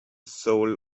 soul